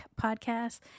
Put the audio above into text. Podcast